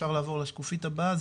אפשר לעבור לשקופית הבאה.